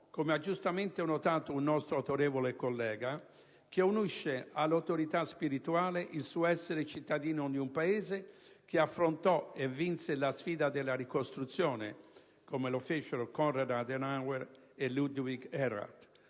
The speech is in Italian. come ha giustamente notato un nostro autorevole collega - che unisce all'autorità spirituale il suo essere cittadino di un Paese che affrontò e vinse la sfida della ricostruzione, con Konrad Adenauer e Ludwig Erhard,